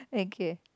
okay